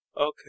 Okay